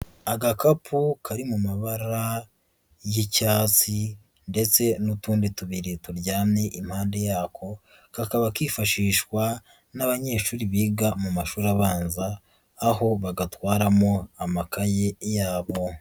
Agakapu kari mu mabara y'icyatsi ndetse n'utundi tubiri turyamye impande yako, kakaba kifashishwa n'abanyeshuri biga mu mashuri abanza, aho bagatwaramo amakaye yabo.